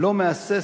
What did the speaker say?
לא מהסס